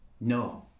No